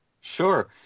Sure